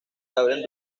abren